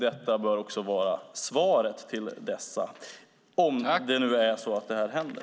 Det bör också vara svaret till dessa, om det nu är så att det här händer.